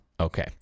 Okay